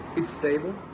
it's stable?